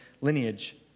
lineage